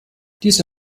diese